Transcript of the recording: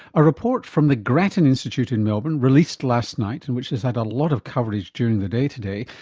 a report from the grattan institute in melbourne, released last night and which has had a lot of coverage during the day today,